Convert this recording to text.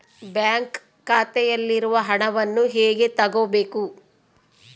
Bank ಖಾತೆಯಲ್ಲಿರುವ ಹಣವನ್ನು ಹೇಗೆ ತಗೋಬೇಕು?